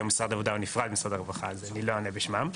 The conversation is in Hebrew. היום משרד העבודה הוא נפרד ממשרד הרווחה אז אני לא אענה בשמם.